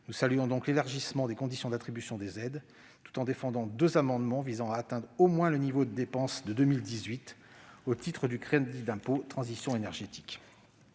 Nous saluons donc l'élargissement des conditions d'attribution des aides, tout en défendant deux amendements visant à atteindre au moins le niveau des dépenses de 2018 au titre du crédit d'impôt transition énergétique.